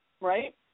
right